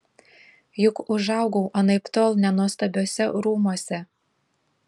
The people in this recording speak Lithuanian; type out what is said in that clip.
juk užaugau anaiptol ne nuostabiuose rūmuose